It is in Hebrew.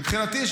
מבחינתי,